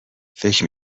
فکر